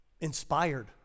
inspired